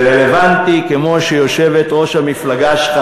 זה רלוונטי כמו שיושבת-ראש המפלגה שלך,